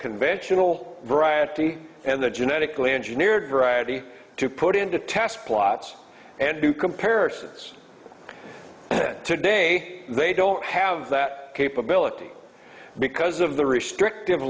conventional variety and the genetically engineered variety to put into test plots and do comparisons and then today they don't have that capability because of the restrictive